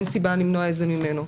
אין סיבה למנוע את זה ממנו.